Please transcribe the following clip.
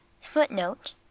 Footnote